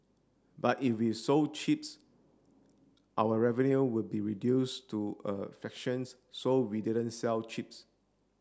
but if we sold chips our revenue would be reduce to a fractions so we didn't sell chips